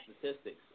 statistics